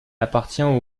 appartient